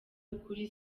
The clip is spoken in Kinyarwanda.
ukuri